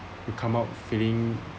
you come out feeling